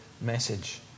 message